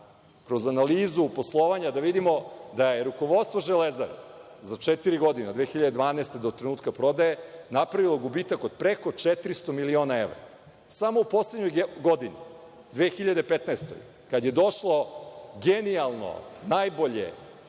kroz analizu poslovanja da vidimo da je rukovodstvo „Železare“ za četiri godine, od 2012. do trenutka prodaje, napravilo gubitak od preko 400 miliona evra. Samo u poslednjoj godini, 2015. godini, kada je došlo genijalno, najbolje,